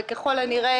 וככל הנראה,